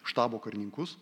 štabo karininkus